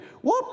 Whoop